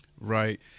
Right